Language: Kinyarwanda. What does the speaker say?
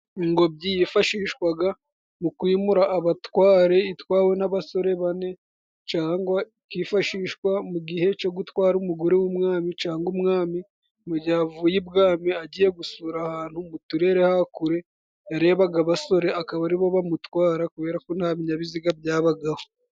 ingobyi yifashishwa mu kwimura abatware, itwawe n'abasore bane cyangwa ikifashishwa mu gihe cyo gutwara umugore w'umwami cyangwa umwami, mu gihe avuye ibwami agiye gusura ahantu mu Turere hakure, yarebaga abasore akaba aribo bamutwara, kubera ko nta binyabiziga byabagaho.